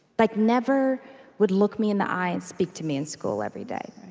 like never would look me in the eye and speak to me in school every day,